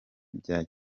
ibya